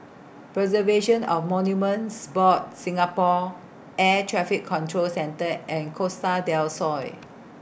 Preservation of Monuments Board Singapore Air Traffic Control Centre and Costa Del Sol